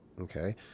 okay